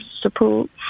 support